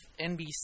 NBC